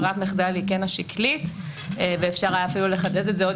ברירת המחדל היא כן השקלית ואפשר היה אפילו לחדד את זה עוד